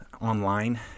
online